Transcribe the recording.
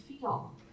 feel